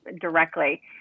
directly